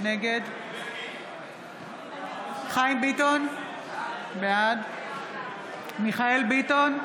נגד חיים ביטון, בעד מיכאל מרדכי ביטון,